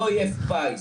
לא יהיה פיס,